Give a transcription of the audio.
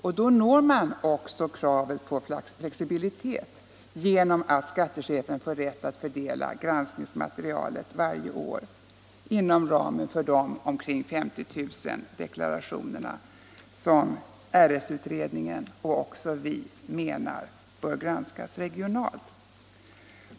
Då tillmötesgår man också kravet på flexibilitet genom att skattechefen får rätt att fördela granskningsmaterialet varje år inom ramen för de omkring 50 000 deklarationer som RS-utredningen och även vi menar bör granskas regionalt.